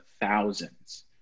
thousands